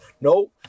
no